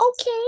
okay